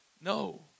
no